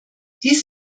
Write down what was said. dies